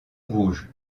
rouge